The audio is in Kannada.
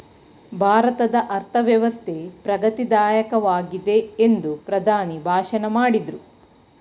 ಭಾರತದ ಅರ್ಥವ್ಯವಸ್ಥೆ ಪ್ರಗತಿ ದಾಯಕವಾಗಿದೆ ಎಂದು ಪ್ರಧಾನಿ ಭಾಷಣ ಮಾಡಿದ್ರು